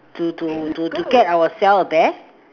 to to to to get ourself a bear